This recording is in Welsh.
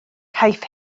caiff